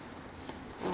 oyster 这样的 right